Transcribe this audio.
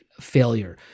failure